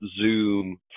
Zoom